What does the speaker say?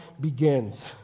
begins